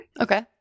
Okay